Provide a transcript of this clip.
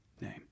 name